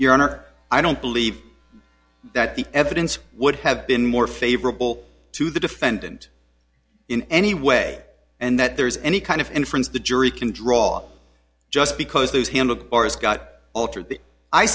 your honor i don't believe that the evidence would have been more favorable to the defendant in any way and that there's any kind of inference the jury can draw just because those who look for us got altered the i